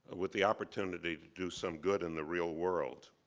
with the opportunity to do some good in the real world.